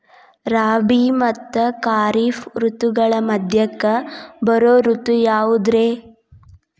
ರಾಬಿ ಮತ್ತ ಖಾರಿಫ್ ಋತುಗಳ ಮಧ್ಯಕ್ಕ ಬರೋ ಋತು ಯಾವುದ್ರೇ?